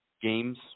Games